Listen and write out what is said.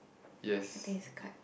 yes